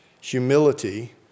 Humility